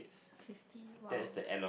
fifty !wow!